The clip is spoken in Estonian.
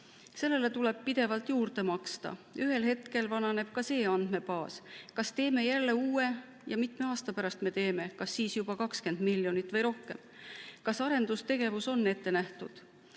sellele tuleb pidevalt juurde maksta. Ühel hetkel vananeb ka see andmebaas. Kas teeme jälle uue? Ja mitme aasta pärast me teeme? Kas siis läheb juba 20 miljonit või rohkem? Kas arendustegevus on ette nähtud?